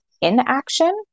inaction